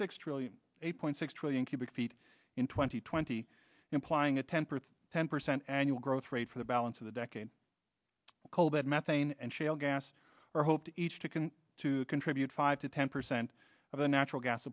six trillion eight point six trillion cubic feet in twenty twenty implying a temperate ten percent annual growth rate for the balance of the decade coal bed methane and shale gas are hoped each chicken to contribute five to ten percent of the natural gas